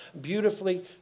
beautifully